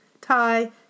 Thai